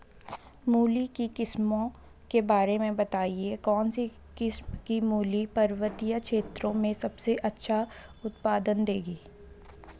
मूली की किस्मों के बारे में बताइये कौन सी किस्म की मूली पर्वतीय क्षेत्रों में सबसे अच्छा उत्पादन देंगी?